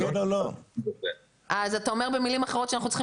אבל --- אז אתה אומר במילים אחרות שאנחנו צריכים